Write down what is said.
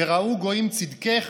"וראו גוים צדקך